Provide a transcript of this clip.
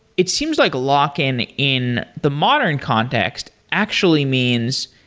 it seems like lock-in in the modern context actually means